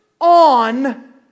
on